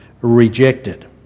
rejected